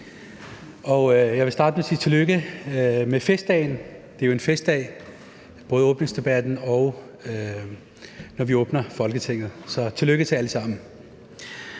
Jeg vil starte med at sige tillykke med festdagen. Det er jo en festdag – både åbningsdebatten og åbningen af Folketinget, så tillykke til jer alle sammen.